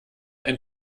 ein